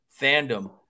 fandom